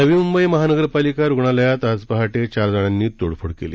नवी मुंबई महानगरपालिका रुग्णालयात आज पहाटे चार जणांनी तोडफोड केली